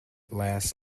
last